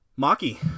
Maki